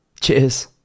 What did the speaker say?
Cheers